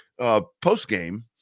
Post-game